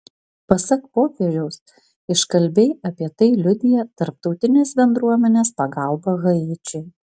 pasak popiežiaus iškalbiai apie tai liudija tarptautinės bendruomenės pagalba haičiui